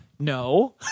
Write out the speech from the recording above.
No